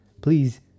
please